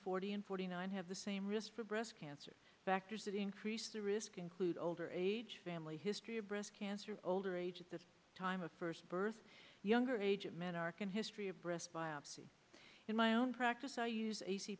forty and forty nine have the same risk for breast cancer factors that increase the risk include older age family history of breast cancer older age at the time of first birth younger age men are can history of breast biopsy in my own practice i use a